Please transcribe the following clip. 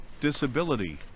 disability